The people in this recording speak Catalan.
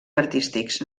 artístics